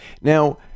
Now